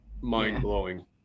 mind-blowing